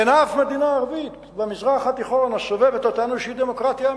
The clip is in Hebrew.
אין אף מדינה ערבית במזרח התיכון הסובבת אותנו שהיא דמוקרטיה אמיתית,